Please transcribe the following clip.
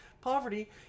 poverty